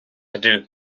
ydw